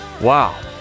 Wow